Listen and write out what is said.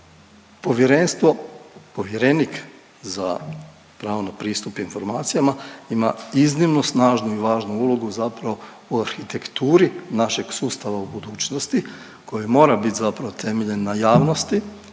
Povjerenstvo, povjerenik za pravo na pristup informacijama ima iznimno snažnu i važnu ulogu zapravo o arhitekturi našeg sustava u budućnosti koje mora bit zapravo temeljen na javnosti,